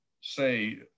say